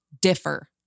differ